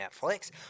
Netflix